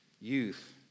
youth